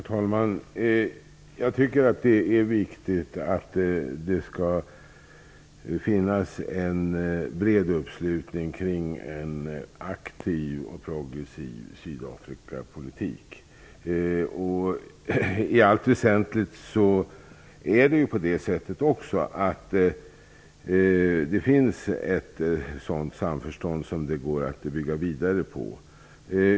Herr talman! Jag tycker att det är viktigt att det finns en bred uppslutning kring en aktiv och progressiv Sydafrikapolitik. I allt väsentligt är det också på det sättet. Det finns ett sådant samförstånd som det går att bygga vidare på.